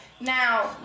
Now